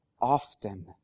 often